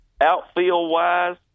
Outfield-wise